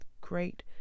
great